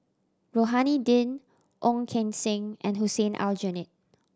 Rohani Din Ong Keng Sen and Hussein Aljunied